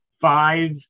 five